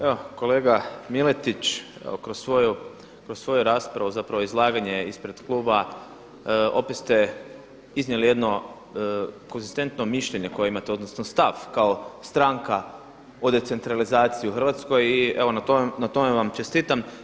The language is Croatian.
Evo kolega Miletić, kroz svoju raspravu zapravo izlaganje ispred kluba opet ste iznijeli jedno konzistentno mišljenje koje imate, odnosno stav kao stranka … centralizaciju u Hrvatskoj i evo na tome vam čestitam.